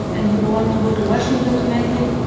and he wants to go to washington to meet him.